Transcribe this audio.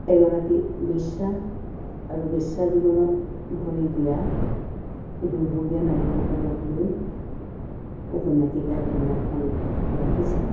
এগৰাকী বেশ্যা আৰু বেশ্যা জীৱনত ভৰি দিয়া সেই দুৰ্ভগীয়া নাৰীসকলক লৈ উপন্যাসিকাই উপন্যাসখন লিখিছে